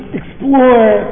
explore